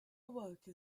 awoke